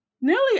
nearly